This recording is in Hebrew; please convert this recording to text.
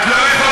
את לא יכולה.